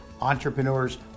Entrepreneurs